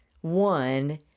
one